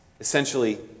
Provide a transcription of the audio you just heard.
Essentially